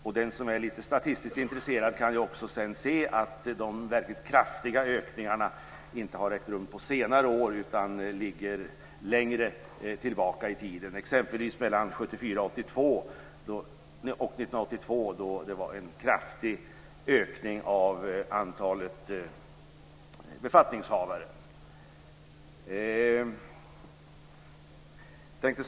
Och den som är lite statistiskt intresserad kan sedan också se att de väldigt kraftiga ökningarna inte har ägt rum under senare år utan ligger längre tillbaka i tiden, t.ex. mellan 1974 och 1982 då det skedde en kraftig ökning av antalet befattningshavare. Herr talman!